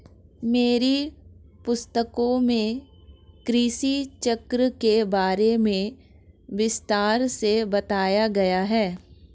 मेरी पुस्तकों में कृषि चक्र के बारे में विस्तार से बताया गया है